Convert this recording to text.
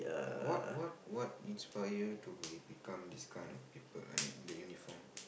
what what what inspire to we become this kind of people I mean the uniform